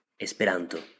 Esperanto